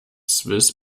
swiss